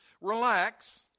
Relax